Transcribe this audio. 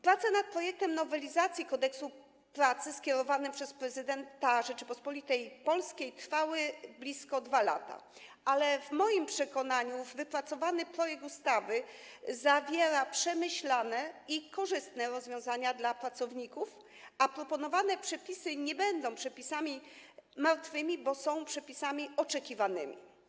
Prace nad projektem nowelizacji Kodeksu pracy skierowanym przez prezydenta Rzeczypospolitej Polskiej trwały blisko 2 lata, ale w moim przekonaniu wypracowany projekt ustawy zawiera przemyślane i korzystne rozwiązania dla pracowników, a proponowane przepisy nie będą przepisami martwymi, bo są przepisami oczekiwanymi.